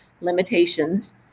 limitations